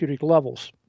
levels